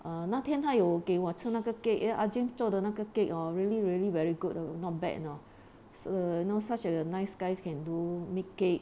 a'ah 那天他有给我吃那个 cake ah jean 做的那个 cake orh really really very good orh not bad you know se~ no such a nice guys can do make cake